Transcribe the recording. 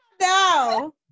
No